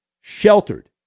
sheltered